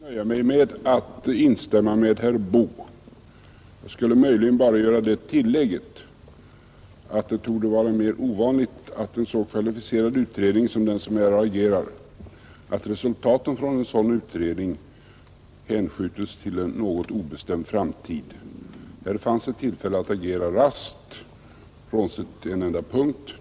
Herr talman! Med hänsyn till tiden skall jag nöja mig med att instämma med herr Boo. Jag skulle möjligen bara göra det tillägget att det torde vara mer ovanligt att resultaten från en så kvalificerad utredning som den det här gäller hänskjuts till en något obestämd framtid. Här fanns det tillfälle att agera raskt, frånsett på en enda punkt.